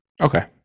okay